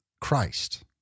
Christ